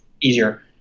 easier